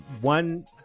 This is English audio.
one